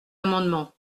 amendement